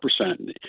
percent